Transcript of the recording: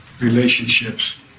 relationships